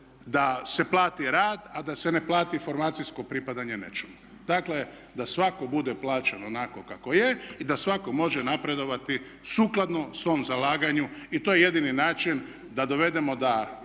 da se plati rad a da se ne plati formacijsko pripadanje nečemu. Dakle da svatko bude plaćen onako kao je i da svako može napredovati sukladno svom zalaganju. I to je jedini način da dovedemo da